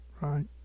right